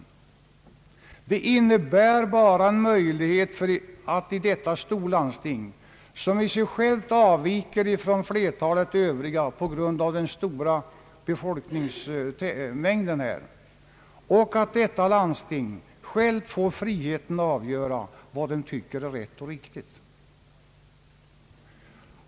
Det innebär bara en möjlighet att detta storlandsting som i sig självt avviker från flertalet övriga landsting på grund av den stora folkmängden i landstingsområdet får friheten att avgöra vad det tycker är rätt och riktigt.